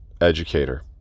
educator